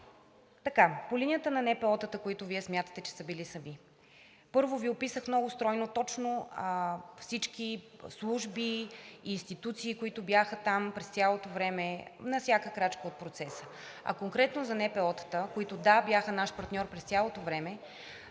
По линия на НПО-тата, които Вие смятате, че са били сами. Първо Ви описах много стройно точно всички служби, институции, които бяха там през цялото време, на всяка крачка от процеса. А конкретно за НПО-тата, които, да, бяха наш партньор през цялото време.